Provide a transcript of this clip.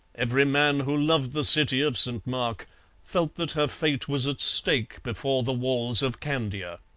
every man who loved the city of st mark felt that her fate was at stake before the walls of candia.